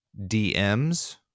DMs